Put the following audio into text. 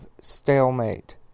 stalemate